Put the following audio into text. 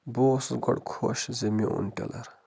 بہٕ اوسُس گۄڈٕ خۄش زِ مےٚ اوٚن ٹِلَر